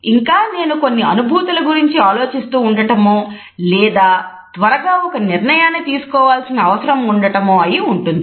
ఇంకా నేను కొన్ని అనుభూతుల గురించి ఆలోచిస్తూ ఉండడమో లేదా త్వరగా ఒక నిర్ణయం తీసుకోవాల్సిన అవసరం ఉండటమో అయి ఉంటుంది